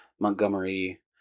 Montgomery